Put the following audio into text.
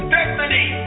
Destiny